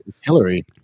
Hillary